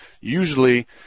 usually